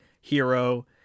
hero